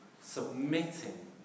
submitting